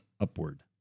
upward